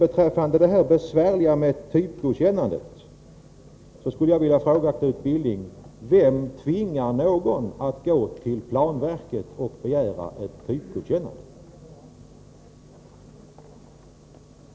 Beträffande det besvärliga med typgodkännande skulle jag vilja fråga Knut Billing: Vem tvingar någon att gå till planverket och begära ett typgodkännande?